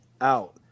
out